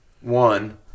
one